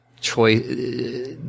choice